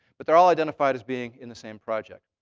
but they're all identified as being in the same project.